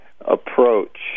approach